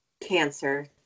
cancer